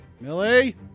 Millie